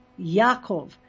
Yaakov